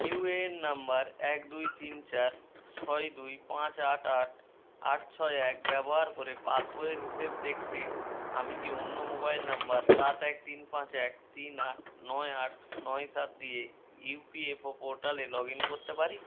you A N নম্বর এক দুই তিন চার ছয় দুই পাঁচ আট আট আট ছয় এক ব্যবহার করে পাসবইয়ের হিসেব দেখতে আমি কি অন্য মোবাইল নম্বর সাত এক তিন পাঁচ এক তিন আট নয় আট নয় সাত দিয়ে ইউ পি এফ ও পোর্টালে লগ ইন করতে পারি